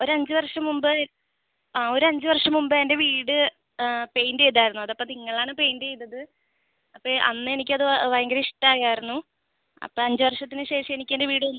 ഒരു അഞ്ച് വർഷം മുമ്പ് ആ ഒരു അഞ്ച് വർഷം മുമ്പ് എൻ്റെ വീട് പെയിൻറ് ചെയ്തിരുന്നു അതപ്പോൾ നിങ്ങൾ ആണ് പെയിൻറ് ചെയ്തത് അപ്പോൾ അന്ന് എനിക്കത് ഭയങ്കര ഇഷ്ടമായിരുന്നു അപ്പോൾ അഞ്ച് വർഷത്തിന് ശേഷം എനിക്ക് എൻ്റെ വീട്